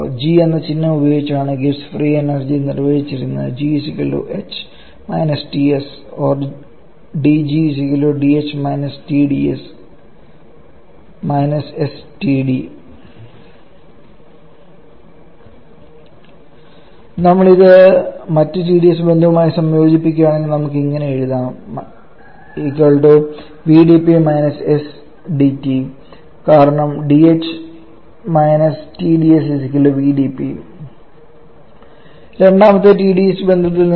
g എന്ന ചിഹ്നം ഉപയോഗിച്ചാണ് ഗിബ്സ് ഫ്രീ എനർജി നിർവചിച്ചിരിക്കുന്നത് നമ്മൾ ഇത് മറ്റ് Tds ബന്ധവുമായി സംയോജിപ്പിക്കുകയാണെങ്കിൽ നമുക്ക് ഇത് ഇങ്ങനെ എഴുതാം vdP − sdT കാരണം dh − Tds vdP രണ്ടാമത്തെ Tds ബന്ധത്തിൽ നിന്ന്